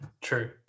true